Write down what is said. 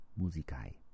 Musicae